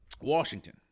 Washington